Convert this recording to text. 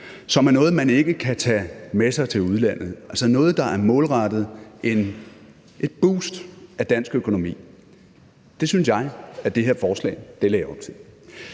som er noget, man ikke kan tage med sig til udlandet, altså noget, der er målrettet et boost af dansk økonomi. Det synes jeg det her forslag lagde op til.